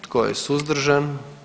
Tko je suzdržan?